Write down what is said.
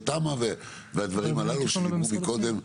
זה תמ"א והדברים הללו שנאמרו מקודם.